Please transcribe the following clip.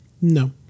No